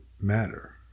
matter